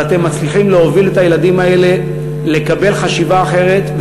אבל אתם מצליחים להוביל את הילדים האלה לחשיבה אחרת,